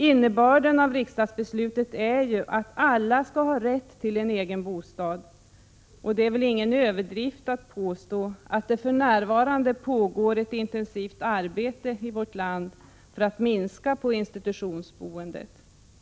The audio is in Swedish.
Innebörden av riksdagens beslut är ju att alla skall ha rätt till en egen bostad. Och det är väl ingen överdrift att påstå att det för närvarande pågår ett intensivt arbete i vårt land för att minska — Prot. 1986/87:123 institutionsboendet.